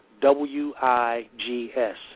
W-I-G-S